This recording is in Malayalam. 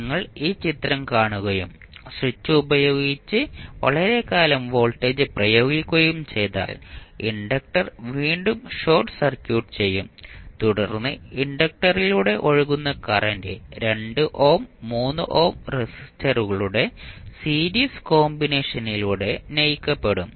നിങ്ങൾ ഈ ചിത്രം കാണുകയും സ്വിച്ച് ഉപയോഗിച്ച് വളരെക്കാലം വോൾട്ടേജ് പ്രയോഗിക്കുകയും ചെയ്താൽ ഇൻഡക്റ്റർ വീണ്ടും ഷോർട്ട് സർക്യൂട്ട് ചെയ്യും തുടർന്ന് ഇൻഡക്ടറിലൂടെ ഒഴുകുന്ന കറന്റ് 2 ഓം 3 ഓം റെസിസ്റ്റൻസുകളുടെ സീരീസ് കോമ്പിനേഷനിലൂടെ നയിക്കപ്പെടും